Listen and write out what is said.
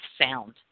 sound